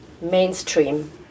mainstream